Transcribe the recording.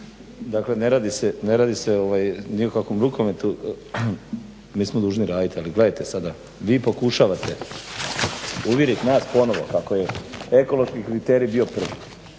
Dakle ne radi se ni o kakvom rukometu, mi smo dužni raditi, ali gledajte sada, vi pokušavate uvjeriti nas ponovo kako je ekološki kriterij bio prvi,